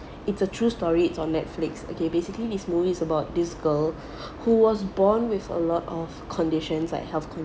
it's a true story it's on Netflix okay basically this movie's about this girl who was born with a lot of conditions like health